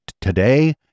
today